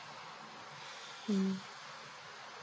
mm